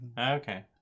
okay